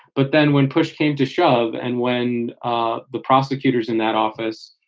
but then when push came to shove and when ah the prosecutors in that office,